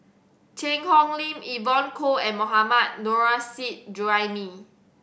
Cheang Hong Lim Evon Kow and Mohammad Nurrasyid Juraimi